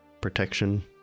protection